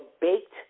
baked